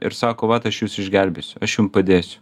ir sako vat aš jus išgelbėsiu aš jum padėsiu